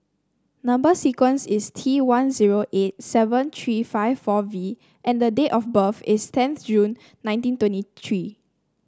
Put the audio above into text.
number sequence is T one zero eight seven three five four V and the date of birth is tenth June ninety twenty three